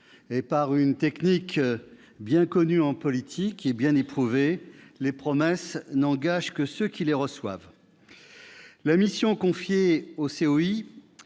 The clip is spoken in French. et par une technique bien connue en politique et bien éprouvée, qui veut que les promesses n'engagent que ceux qui les reçoivent ! La mission confiée au COI